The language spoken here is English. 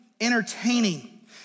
entertaining